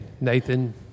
Nathan